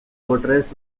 fortress